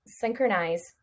synchronize